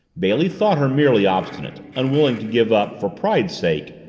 bailey thought her merely obstinate unwilling to give up, for pride's sake,